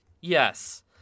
Yes